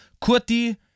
Kurti